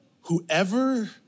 whoever